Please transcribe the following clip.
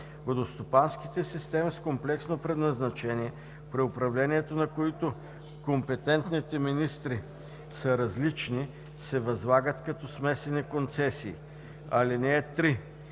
Водностопанските системи с комплексно предназначение, при управлението на които компетентните министри са различни, се възлагат като смесени концесии. (3)